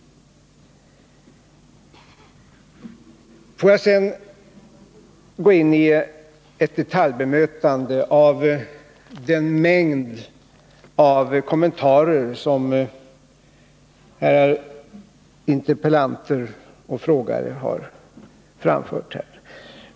Får jag sedan gå in på ett detaljbemötande av en mängd kommentarer som herrar interpellanter och frågeställare har framfört.